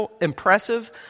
impressive